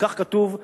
כך כתוב ביוזמה.